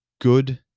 good